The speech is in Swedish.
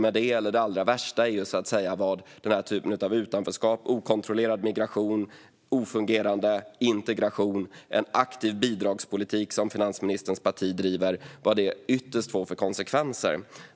Det allra värsta är dock vad denna typ av utanförskap, okontrollerad migration, icke fungerande integration och den aktiva bidragspolitik som finansministerns parti driver ytterst får för konsekvenser.